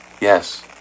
Yes